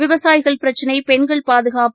விவசாயிகள் பிரச்சினை பெண்கள் பாதுகாப்பு